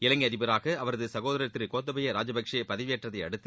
இலங்கை அதிபராக அவரது சகோதரர் திரு கோத்தபைய ராஜபக்ஷே பதவியேற்றதை அடுத்து